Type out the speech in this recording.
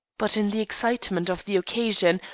but in the excitement of the occasion,